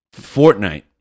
Fortnite